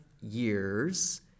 years